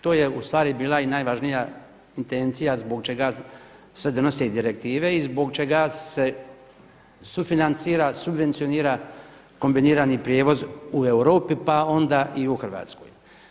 To je u stvari bila i najvažnija intencija zbog čega se donose i direktive i zbog čega se sufinancira, subvencionira kombinirani prijevoz u Europi pa onda i u Hrvatskoj.